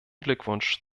glückwunsch